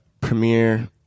premiere